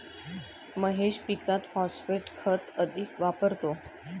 महेश पीकात फॉस्फेट खत अधिक वापरतो